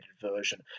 version